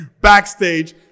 backstage